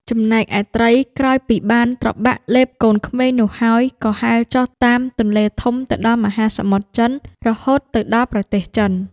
ចំណែកឯត្រី ក្រោយពីបានត្របាក់លេបកូនក្មេងនោះហើយ ក៏ហែលចុះតាមទន្លេធំទៅដល់មហាសមុទ្រចិន រហូតទៅដល់ប្រទេសចិន។